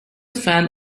fan